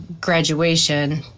graduation